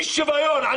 אי שוויון.